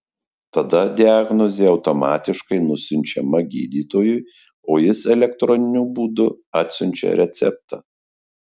tada diagnozė automatiškai nusiunčiama gydytojui o jis elektroniniu būdu atsiunčia receptą